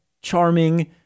charming